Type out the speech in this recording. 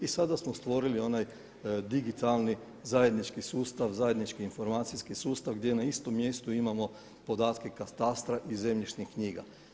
I sada smo stvorili onaj digitalni, zajednički sustav, zajednički informacijski sustav gdje na istom mjestu imamo podatke katastra i zemljišnih knjiga.